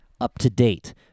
up-to-date